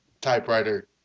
typewriter